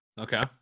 Okay